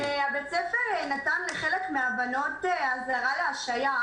בית הספר נתן לחלק מן הבנות אזהרה לקראת השעיה.